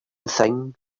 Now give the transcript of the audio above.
thing